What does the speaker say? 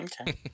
Okay